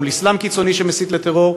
מול אסלאם קיצוני שמסית לטרור,